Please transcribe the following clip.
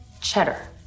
cheddar